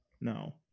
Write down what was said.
No